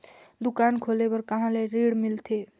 दुकान खोले बार कहा ले ऋण मिलथे?